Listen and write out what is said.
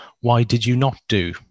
why-did-you-not-do